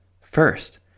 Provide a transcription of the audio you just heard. First